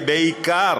בעיקר